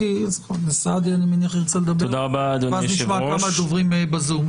אדוני היושב ראש,